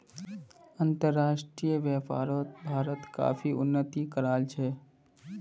अंतर्राष्ट्रीय व्यापारोत भारत काफी उन्नति कराल छे